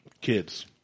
Kids